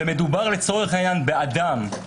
ומדובר לצורך העניין באדם,